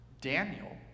Daniel